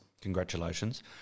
Congratulations